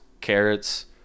carrots